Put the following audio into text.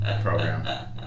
program